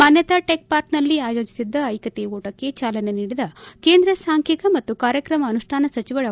ಮಾನ್ಯತಾ tech park ನಲ್ಲಿ ಆಯೋಜಿಸಿದ್ದ ಐಕ್ಯತೆಯ ಓಟಕ್ಕೆ ಚಾಲನೆ ನೀಡಿದ ಕೇಂದ್ರ ಸಾಂಖ್ಯಿಕ ಮತ್ತು ಕಾರ್ಯಕ್ರಮ ಅನುಷ್ಟಾನ ಸಚಿವ ಡಾ